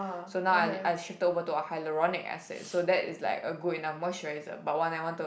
so now I I shifted over to a hyaluronic acid so that is like a good enough moisturizer but one I want to